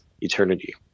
eternity